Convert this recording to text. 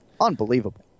unbelievable